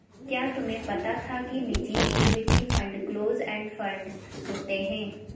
क्या तुम्हें पता था कि निजी equity fund close end fund होते हैं?